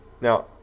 Now